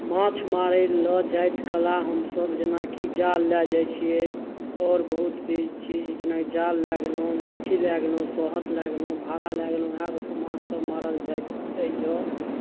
माछ मारय लेल जाइत कला हमसभ जेनाकि जाल लए जाइ छियै आओर बहुतसँ चीज जेना जाल लए गेलहुँ लाठी लए गेलहुँ सोहत लए गेलहुँ भाला लए गेलहुँ उएह सभसँ माछसभ मारल जाइत अइ यए